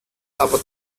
aber